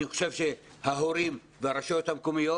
בתוכנית הזאת ההורים והרשויות המקומיות